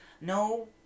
No